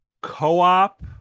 Co-op